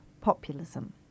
populism